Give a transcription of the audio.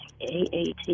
A-A-T